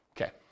Okay